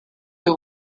who